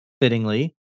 fittingly